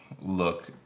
look